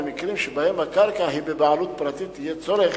במקרים שבהם הקרקע היא בבעלות פרטית יהיה צורך